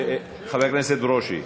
חבר הכנסת ברושי,